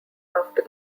after